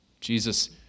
Jesus